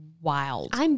wild